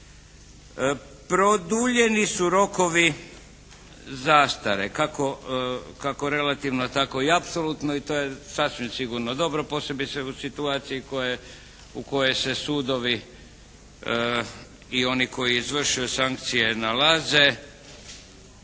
Produljeni su rokovi zastare, kako relativno tako i apsolutno i to je sasvim sigurno dobro, posebice u situaciji koja je, u kojoj se sudovi i oni koji izvršuju sankcije nalaze.